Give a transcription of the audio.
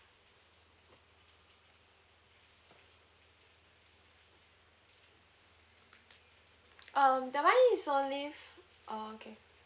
um that one is only f~ oh okay